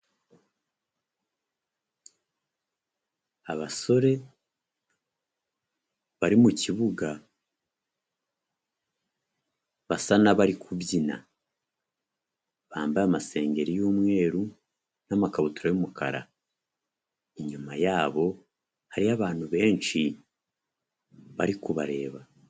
Abasore bari mu kibuga basa n'abari kubyina, bambaye amasengeri y'umweru n'amakabutura y'umukara, inyuma yabo hariyo abantu benshi bari kubareba.